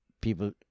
people